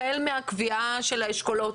החל מהקביעה של האשכולות,